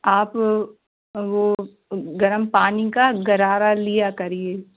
आप वो गर्म पानी का गरारा लिया करिए